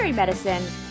medicine